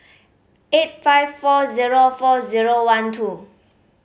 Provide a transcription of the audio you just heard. eight five four zero four zero one two